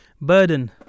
burden